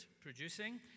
producing